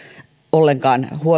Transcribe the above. ollenkaan